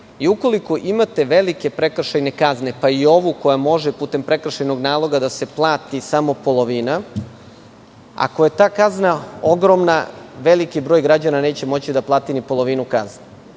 i ukoliko imate velike prekršajne kazne, pa i ovu koja može putem prekršajnog naloga da se plati samo polovina, ako je ta kazna ogromna, veliki broj građana neće moći da plati ni polovinu kazne.